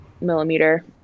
millimeter